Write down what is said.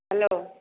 hello